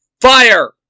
Fire